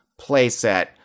playset